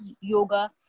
yoga